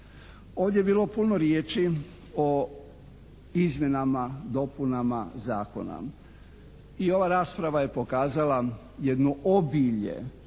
Ovdje je bilo puno riječi o izmjenama, dopunama zakona. I ova rasprava je pokazala jedno obilje